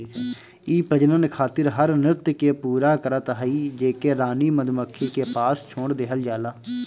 इ प्रजनन खातिर हर नृत्य के पूरा करत हई जेके रानी मधुमक्खी के पास छोड़ देहल जाला